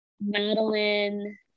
Madeline